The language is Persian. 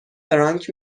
فرانک